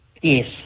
yes